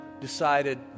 decided